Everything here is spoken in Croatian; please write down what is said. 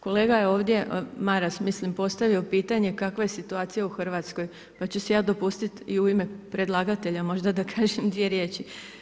Kolega je ovdje, mislim Maras, postavio pitanje kakva je situacija u Hrvatskoj, pa ću si ja dopustiti i u ime predlagatelja možda da kažem dvije riječi.